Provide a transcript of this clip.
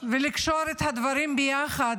ולקשור את הדברים ביחד.